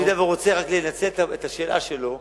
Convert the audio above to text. אם הוא רוצה רק לנצל את השאלה שלו,